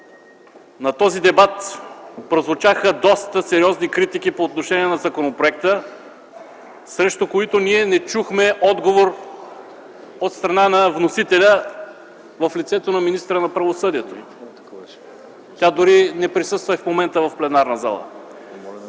на този дебат прозвучаха доста сериозни критики по отношение на законопроекта, срещу които ние не чухме отговор от страна на вносителя в лицето на министъра на правосъдието. Тя дори не присъства и в момента в пленарната зала.